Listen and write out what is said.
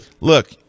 look